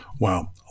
Wow